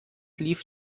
lief